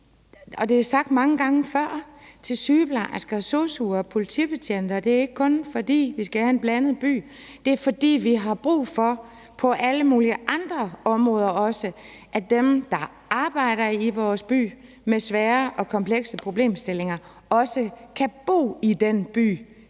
er blevet sagt mange gange før, til sygeplejersker, sosu'er og politibetjente, og det er ikke kun, fordi vi skal have en blandet by, men det er også, fordi vi på alle mulige andre områder har brug for, at dem, der arbejder i vores by, og dem, som har svære og komplekse problemstillinger, også kan bo i den by,